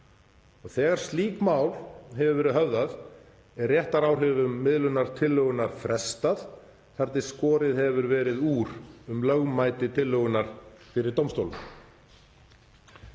Þegar slíkt mál hefur verið höfðað er réttaráhrifum miðlunartillögunnar frestað þar til skorið hefur verið úr um lögmæti tillögunnar fyrir dómstólum.